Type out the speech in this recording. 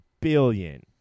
billion